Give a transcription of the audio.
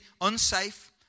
unsafe